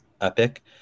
epic